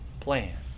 plan